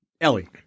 Ellie